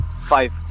Five